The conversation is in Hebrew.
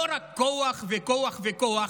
לא רק כוח וכוח וכוח.